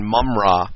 Mumra